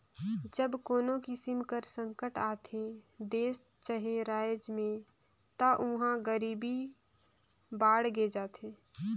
जब कोनो किसिम कर संकट आथे देस चहे राएज में ता उहां गरीबी बाड़गे जाथे